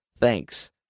Thanks